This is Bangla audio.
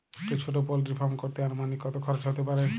একটা ছোটো পোল্ট্রি ফার্ম করতে আনুমানিক কত খরচ কত হতে পারে?